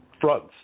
fronts